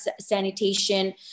sanitation